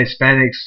Hispanics